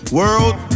world